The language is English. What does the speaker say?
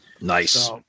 nice